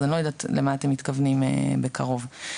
אז אני לא יודעת למה אתם מתכוונים במונח בקרוב.